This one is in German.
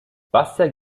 bastian